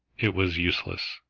it was useless.